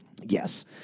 Yes